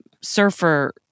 surfer